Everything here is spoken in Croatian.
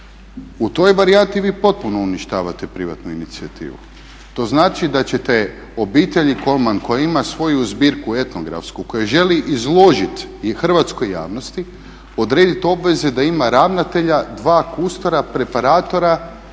U toj varijanti vi potpuno uništavate privatnu inicijativu. To znači da ćete obitelji Kolman koja ima svoju zbirku, etnografsku koju želi izložit i hrvatskoj javnosti odredbi obveze da ima ravnatelja, dva kustosa, preparatora